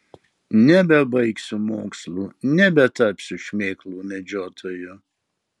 nebebaigsiu mokslų nebetapsiu šmėklų medžiotoju